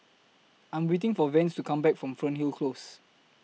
I Am waiting For Vance to Come Back from Fernhill Close